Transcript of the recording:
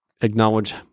acknowledge